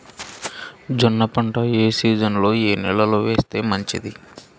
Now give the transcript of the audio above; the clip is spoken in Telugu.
జొన్న పంట ఏ సీజన్లో, ఏ నెల లో వేస్తే మంచిది?